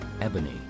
ebony